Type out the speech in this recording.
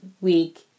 week